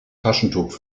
taschentuch